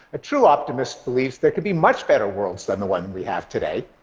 a true optimist believes there can be much better worlds than the one we have today.